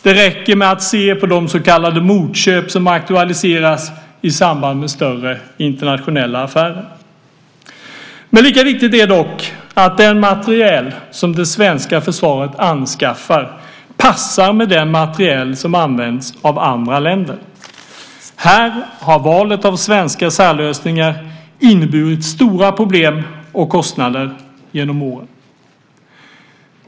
Det räcker med att se på de så kallade motköp som aktualiseras i samband med större internationella affärer. Lika viktigt är dock att den materiel som det svenska försvaret anskaffar passar med den materiel som används av andra länder. Här har valet av svenska särlösningar inneburit stora problem och kostnader genom åren.